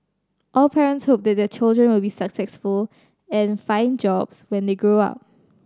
all parents hope that their children will be successful and find jobs when they grow up